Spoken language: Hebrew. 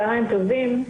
צהריים טובים.